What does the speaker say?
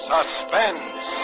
Suspense